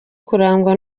kurangwa